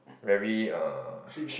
very err